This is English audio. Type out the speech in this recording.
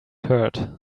hurt